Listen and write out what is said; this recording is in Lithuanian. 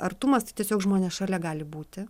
artumas tai tiesiog žmonės šalia gali būti